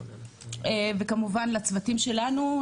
וכמובן לצוותים שלנו,